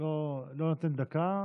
אני לא נותן דקה,